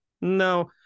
No